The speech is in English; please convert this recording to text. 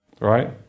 right